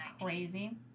crazy